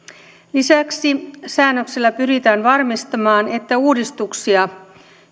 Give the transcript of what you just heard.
lisäksi säännöksellä pyritään varmistamaan että uudistuksia